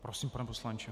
Prosím, pane poslanče.